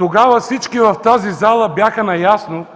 не, всички в тази зала бяха наясно,